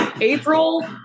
April